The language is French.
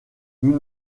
nous